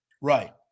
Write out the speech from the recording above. Right